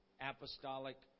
apostolic